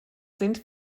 sind